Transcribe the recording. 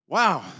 Wow